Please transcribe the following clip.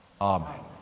Amen